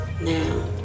Now